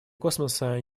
космоса